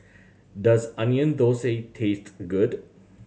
does Onion Thosai taste good